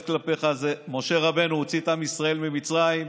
כלפיך כך זה שמשה רבנו הוציא את עם ישראל ממצרים,